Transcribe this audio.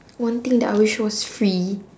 one thing that I wish was free